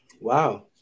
Wow